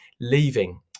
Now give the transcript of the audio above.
leaving